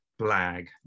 blag